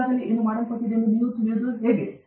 ಈಗಾಗಲೇ ಏನು ಮಾಡಲ್ಪಟ್ಟಿದೆ ಎಂದು ನಿಮಗೆ ತಿಳಿಯುವುದು ಹೇಗೆ